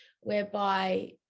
whereby